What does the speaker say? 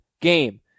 game